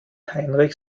heinrich